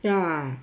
ya